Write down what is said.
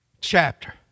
chapter